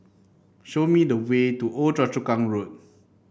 show me the way to Old Choa Chu Kang Road